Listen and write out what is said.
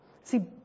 See